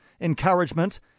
encouragement